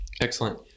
Excellent